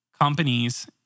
companies